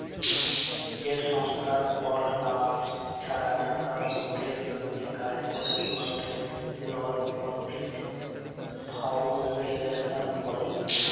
যে সংস্থার কল লাভ ছাড়া টাকা লকের জ্যনহে কাজ ক্যরে উয়াকে লল পরফিট ফাউল্ডেশল ব্যলে